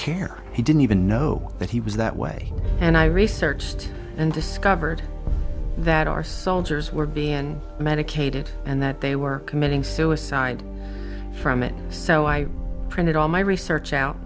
care he didn't even know that he was that way and i researched and discovered that our soldiers were being medicated and that they were committing suicide from it so i printed all my research out